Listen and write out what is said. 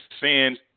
sins